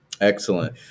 Excellent